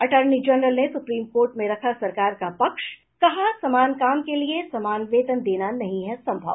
attorney general ने supreme court में रखा सरकार का पक्ष कहा समान काम के लिए समान वेतन देना नहीं है संभव